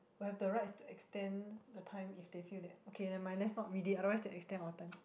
but have the right to extend the time if they feel that okay never mind let's not read it otherwise they extend our time